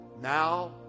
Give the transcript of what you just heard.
now